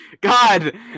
God